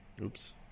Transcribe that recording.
Oops